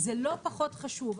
זה לא פחות חשוב.